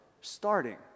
starting